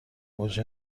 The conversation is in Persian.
اوج